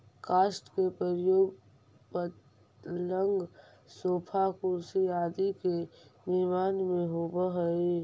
काष्ठ के प्रयोग पलंग, सोफा, कुर्सी आदि के निर्माण में होवऽ हई